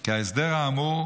כי ההסדר האמור,